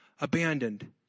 abandoned